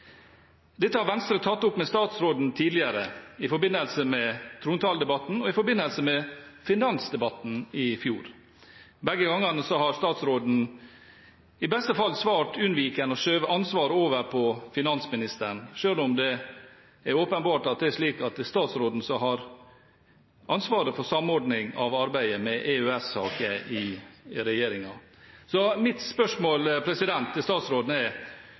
Dette har Venstre tatt opp med statsråden tidligere, i forbindelse med trontaledebatten og i forbindelse med finansdebatten i fjor. Begge gangene har statsråden i beste fall svart unnvikende og skjøvet ansvaret over på finansministeren, selv om det åpenbart er slik at det er statsråd Helgesen som har ansvaret for samordning av arbeidet med EØS-saker i regjeringen. Mitt spørsmål til statsråden er: